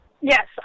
Yes